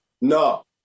No